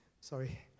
Sorry